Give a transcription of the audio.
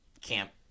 camp –